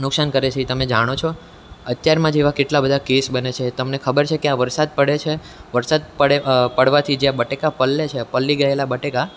નુકસાન કરે છે એ તમે જાણો છો અત્યારમાં જ એવા કેટલા બધા કેસ બને છે તમને ખબર છે કે આ વરસાદ પડે છે વરસાદ પડે પડવાથી આ બટેકા પલળે છે પલળી ગયેલા બટેકા